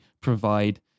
provide